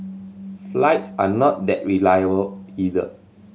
flights are not that reliable either